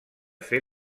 fer